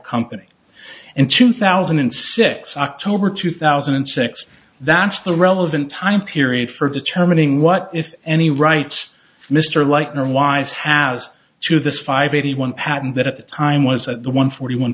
company in two thousand and six october two thousand and six that's the relevant time period for determining what if any rights mr leitner wise has to this five eighty one patent that at the time was at one forty one